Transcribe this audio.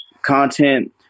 content